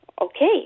okay